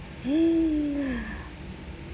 hmm